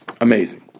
Amazing